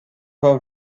wam